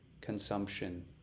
consumption